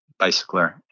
bicycler